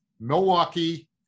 Milwaukee